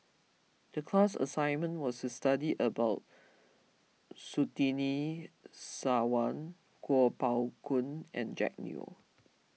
the class assignment was to study about Surtini Sarwan Kuo Pao Kun and Jack Neo